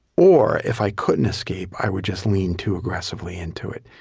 or, if i couldn't escape, i would just lean too aggressively into it,